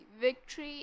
victory